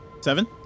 Seven